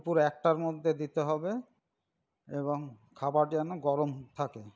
দুপুর একটার মধ্যে দিতে হবে এবং খাবার যেন গরম থাকে